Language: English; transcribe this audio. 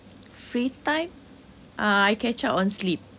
free time uh I catch up on sleep